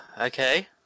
Okay